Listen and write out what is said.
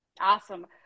Awesome